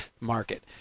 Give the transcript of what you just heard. market